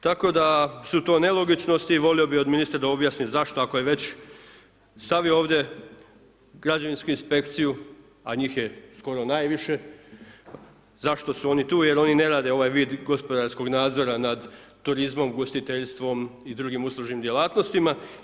Tako da su to nelogičnosti i volio bi od ministra da objasni, zašto ako je već stavio ovdje građevinsku inspekciju, a njih je ono najviše, zašto su oni tu jer oni ne rade ovaj vid gospodarskog nadzora nad turizmom ugostiteljstvom i drugim uslužnim djelatnostima.